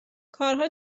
کارها